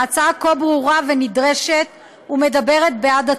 ההצעה כה ברורה ונדרשת ומדברת בעד עצמה.